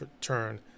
turn